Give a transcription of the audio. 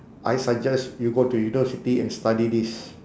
I suggest you go to university and study this